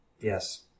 Yes